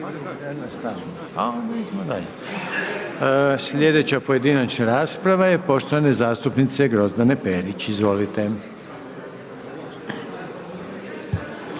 Slijedeća pojedinačna rasprava je poštovane zastupnice Grozdane Perić, izvolite.